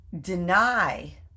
deny